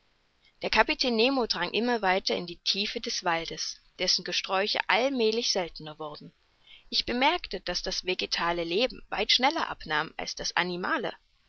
der kapitän nemo drang immer weiter in die tiefen des waldes dessen gesträuche allmälig seltener wurden ich bemerkte daß das vegetale leben weit schneller abnahm als das animale